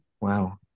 Wow